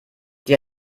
die